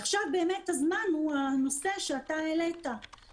עכשיו באמת הזמן הוא לנושא שאתה העלית,